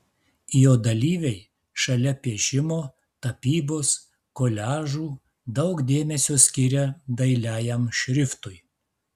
jo dalyviai šalia piešimo tapybos koliažų daug dėmesio skiria dailiajam šriftui